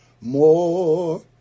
More